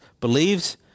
believes